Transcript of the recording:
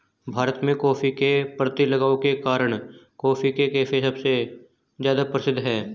भारत में, कॉफ़ी के प्रति लगाव के कारण, कॉफी के कैफ़े सबसे ज्यादा प्रसिद्ध है